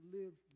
live